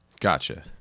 Gotcha